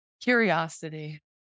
Curiosity